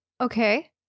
Okay